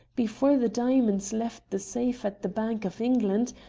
before the diamonds left the safe at the bank of england,